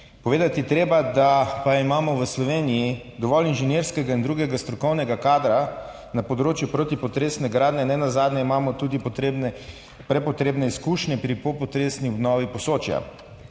Povedati je treba, da pa imamo v Sloveniji dovolj inženirskega in drugega strokovnega kadra na področju protipotresne gradnje. Nenazadnje imamo tudi prepotrebne izkušnje pri popotresni obnovi Posočja.